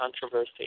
controversy